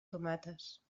tomates